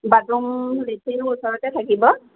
bathroom লেট্ৰিনো ওচৰতে থাকিব